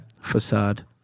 facade